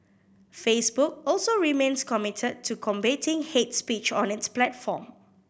Facebook also remains committed to combating hate speech on its platform